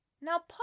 Now